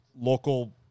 local